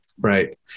Right